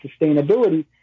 sustainability